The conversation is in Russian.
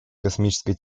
космической